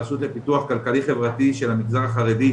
הרשות לפיתוח כלכלי חברתי של המגזר החרדי,